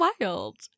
wild